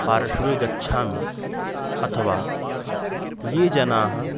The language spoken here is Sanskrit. पार्श्वे गच्छामि अथवा ये जनाः